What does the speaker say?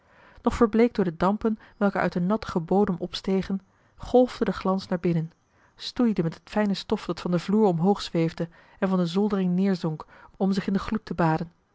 nog verbleekt door de dampen welke uit den nattigen bodem opstegen golfde de glans naar binnen stoeide met het fijne stof dat van den vloer omhoog zweefde en van de zoldering neerzonk om zich in den gloed te baden